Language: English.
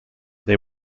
they